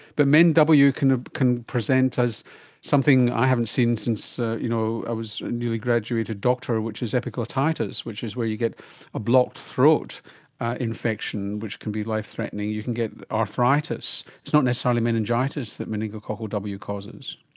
but men w can ah can present as something i haven't seen since ah you know i was a newly graduated doctor which is epiglottitis, which is where you get a blocked throat infection which can be life threatening, you can get arthritis. it's not necessarily meningitis that meningococcal w causes.